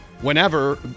whenever